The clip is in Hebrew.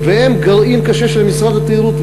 והם הגרעין הקשה של משרד התיירות.